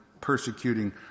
persecuting